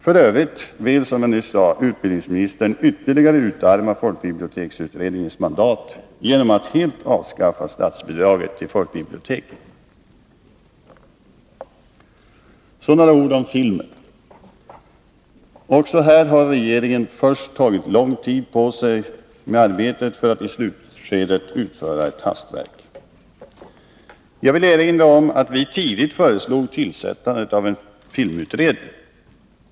F. ö. vill ju utbildningsministern ytterligare utarma folkbiblioteksutredningens mandat genom att helt avskaffa statsbidraget till folkbiblioteken. Så några ord om filmen. Också här har regeringen först tagit lång tid på sig med arbetet för att i slutskedet utföra ett hastverk. Jag vill erinra om att vi tidigt föreslog tillsättande av en filmutredning.